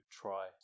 try